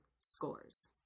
scores